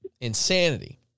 Insanity